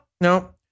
no